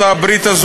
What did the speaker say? שלא, לא.